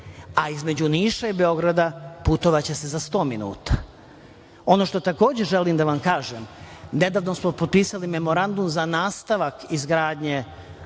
a između Niša i Beograda putovaće se za sto minuta. Ono što takođe želim da vam kažem, nedavno smo potpisali Memorandum za nastavak izgradnje